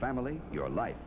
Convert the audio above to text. family your life